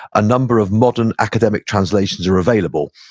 a number of modern academic translations are available.